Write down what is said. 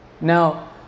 Now